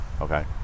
Okay